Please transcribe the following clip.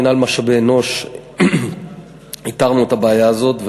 במינהל משאבי אנוש איתרנו את הבעיה הזאת,